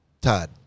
Todd